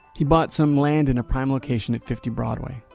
he bought some land in a prime location of fifty broadway.